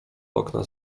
okna